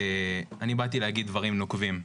ואני באתי להגיד דברים נוקבים.